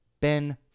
Ben